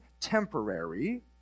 temporary